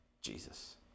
Jesus